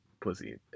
pussy